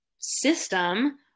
system